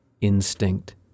instinct